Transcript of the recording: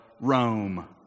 Rome